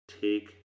Take